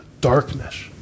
darkness